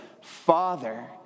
Father